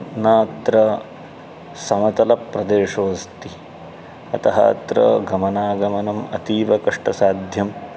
न अत्र समतलप्रदेशो अस्ति अतः अत्र गमनागमनम् अतीव कष्टसाध्यम्